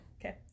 Okay